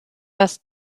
das